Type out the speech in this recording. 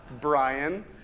Brian